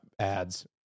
ads